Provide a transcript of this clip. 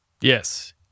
Yes